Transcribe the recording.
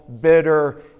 bitter